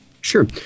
Sure